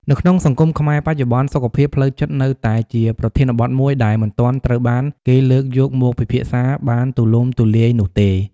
នៅក្នុងសង្គមខ្មែរបច្ចុប្បន្ន សុខភាពផ្លូវចិត្តនៅតែជាប្រធានបទមួយដែលមិនទាន់ត្រូវបានគេលើកយកមកពិភាក្សាបានទូលំទូលាយនោះទេ។